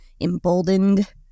emboldened